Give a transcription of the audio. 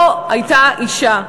לא הייתה אישה.